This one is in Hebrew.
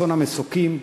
באסון המסוקים,